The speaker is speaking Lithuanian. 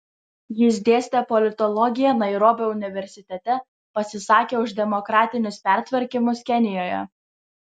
jis dėstė politologiją nairobio universitete pasisakė už demokratinius pertvarkymus kenijoje